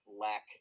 lack